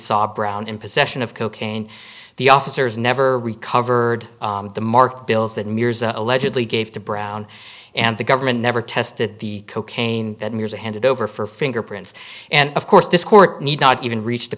saw brown in possession of cocaine the officers never recovered the market bills that mears allegedly gave to brown and the government never tested the cocaine or handed over for fingerprints and of course this court need not even reach the